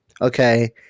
okay